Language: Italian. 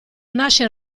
nasce